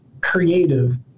creative